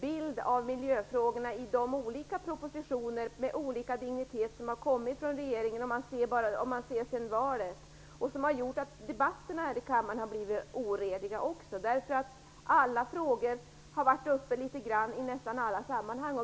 bild av miljöfrågorna i de olika propositioner med olika dignitet som har kommit från regeringen sedan valet. Debatterna i kammaren har också blivit orediga. Alla frågor har redan varit uppe litet grand i olika sammanhang.